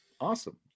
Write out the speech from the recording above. Awesome